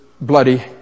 bloody